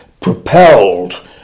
propelled